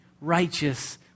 righteous